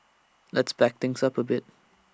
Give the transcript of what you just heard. let's back things up A bit